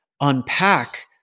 unpack